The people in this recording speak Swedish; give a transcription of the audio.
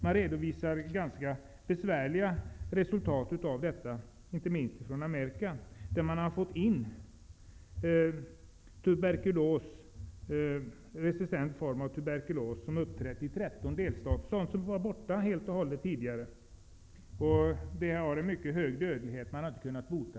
Det redovisas resultat som innebär stora besvär, inte minst från Amerika där man har fått in en resistent form av tuberkulos som uppträtt i 13 delstater. Denna sjukdom hade varit försvunnen sedan länge. Denna sjukdom har inte gått att bota, och dödligheten har varit hög.